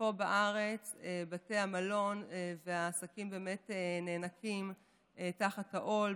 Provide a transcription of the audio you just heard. כשפה בארץ בתי המלון והעסקים באמת נאנקים תחת העול,